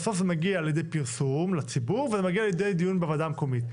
בסוף זה מגיע לידי פרסום לציבור וזה מגיע לידי דיון בוועדה המקומית.